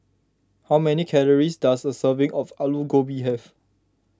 how many calories does a serving of Alu Gobi have